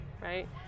right